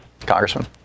Congressman